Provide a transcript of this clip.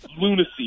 lunacy